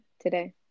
today